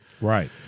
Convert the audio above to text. Right